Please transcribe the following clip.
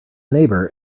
neighbour